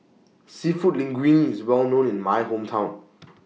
Seafood Linguine IS Well known in My Hometown